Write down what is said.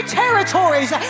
territories